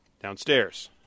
Downstairs